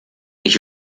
ich